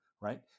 right